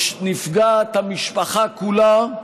נפגעת המשפחה כולה,